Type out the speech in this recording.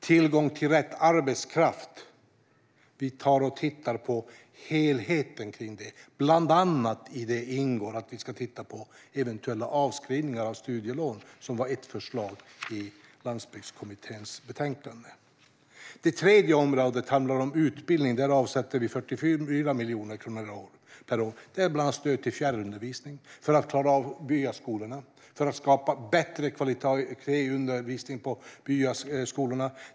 Vi tittar på helheten när det gäller tillgången till rätt arbetskraft. Bland annat ingår att vi ska titta på eventuella avskrivningar av studielån, vilket var ett förslag i Landsbygdskommitténs betänkande. Det tredje området är utbildning. Här avsätter vi 44 miljoner kronor per år. Det är bland annat stöd till fjärrundervisning för att klara av byaskolorna och skapa bättre kvalitet i undervisningen på dessa skolor.